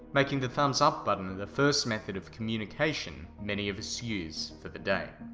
making the thumbs up button the the first method of communication many of us use for the day